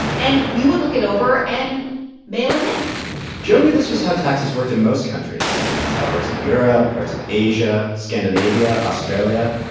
and you would look it over and mail it in joe knew this was how taxes worked in most countries. it's how it works in europe, parts of asia, scandinavia, australia.